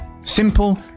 Simple